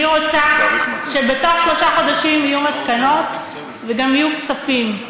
אני רוצה שבתוך שלושה חודשים יהיו מסקנות וגם יהיו כספים.